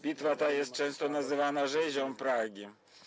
Bitwa ta jest często nazywana rzezią Pragi.